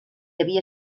havia